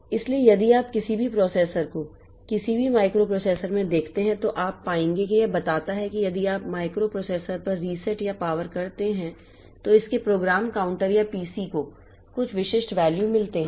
इसलिए यदि आप किसी भी प्रोसेसर को किसी भी माइक्रोप्रोसेसर में देखते हैं तो आप पाएंगे कि यह बताता है कि यदि आप इस माइक्रोप्रोसेसर पर रीसेट या पावर करते हैं तो इसके प्रोग्राम काउंटर या पीसी को कुछ विशिष्ट वैल्यू मिलते हैं